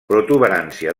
protuberància